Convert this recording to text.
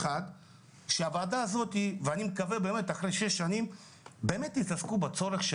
אני מקווה שבאמת אחרי 6 שנים יתעסקו בצורך של